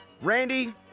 Randy